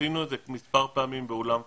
אנחנו עשינו את זה מספר פעמים באולם פתאל,